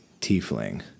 tiefling